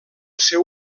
seu